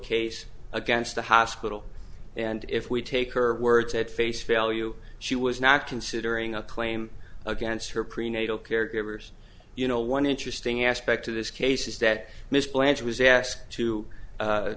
case against the hospital and if we take her words at face value she was not considering a claim against her prenatal care givers you know one interesting aspect of this case is that miss blanche was asked to